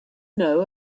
know